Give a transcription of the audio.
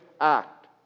act